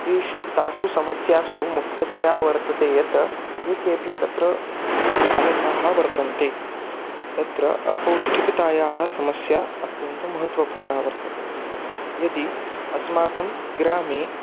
तेषु तासु समस्यासु मुख्यतया वर्तते यत् ये केऽपि तत्र बालकाः वर्तन्ते तत्र अपौष्ठिकतायाः समस्या अत्यन्तमहत्वपूर्णा वर्तते यदि अस्माकं ग्रामे